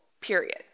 period